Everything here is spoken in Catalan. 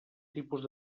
tipus